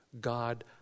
God